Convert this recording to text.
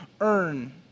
earn